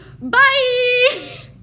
Bye